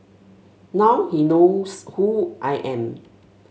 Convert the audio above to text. now he knows who I am